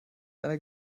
einer